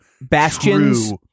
Bastions